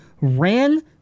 ran